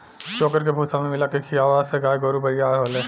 चोकर के भूसा में मिला के खिआवला से गाय गोरु बरियार होले